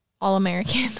All-American